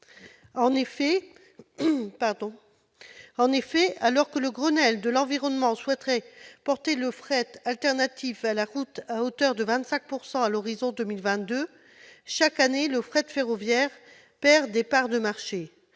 En effet, alors que le Grenelle de l'environnement souhaitait porter la part du fret non routier à 25 % à l'horizon de 2022, chaque année le fret ferroviaire perd des parts de marché.